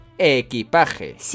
Equipaje